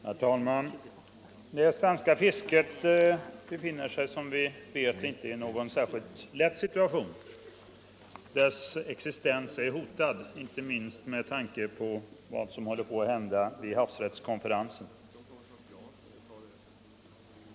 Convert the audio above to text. Herr talman! Det svenska fisket befinner sig, som vi vet, inte i någon särskilt lätt situation. Dess existens är hotad, inte minst med tanke på vad som håller på att hända vid havsrättskonferensen.